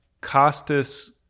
Costas